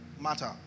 matter